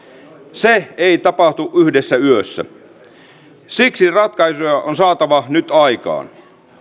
se ei tapahdu yhdessä yössä siksi ratkaisuja on saatava nyt aikaan